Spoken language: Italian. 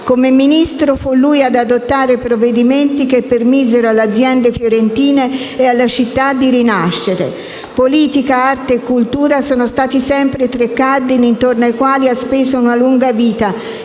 Come Ministro fu lui ad adottare i provvedimenti che permisero alle aziende fiorentine e alla città di rinascere. Politica, arte e cultura sono stati sempre i tre cardini intorno ai quali ha speso una lunga vita,